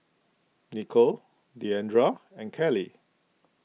Nikko Deandra and Kaley